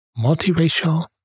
multiracial